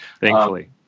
Thankfully